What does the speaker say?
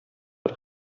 бер